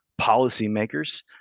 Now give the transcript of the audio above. policymakers